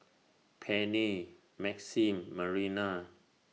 Penni Maxim Marina